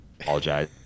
Apologize